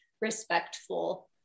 respectful